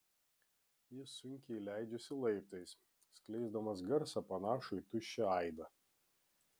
jis sunkiai leidžiasi laiptais skleisdamas garsą panašų į tuščią aidą